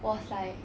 was like